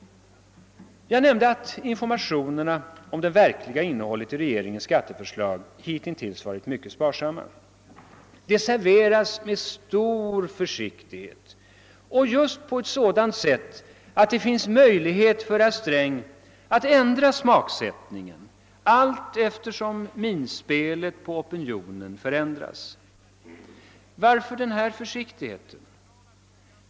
Jag nämnde att informationerna om det verkliga innehållet i regeringens skatteförslag hitintills varit mycket sparsamma. De serveras med stor försiktighet och på ett sådant sätt att det finns möjlighet för herr Sträng att ändra smaksättningen allteftersom minspelet hos opinionen förändras. Varför denna försiktighet?